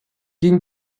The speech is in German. ging